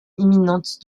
imminente